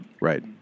Right